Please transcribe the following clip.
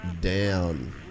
down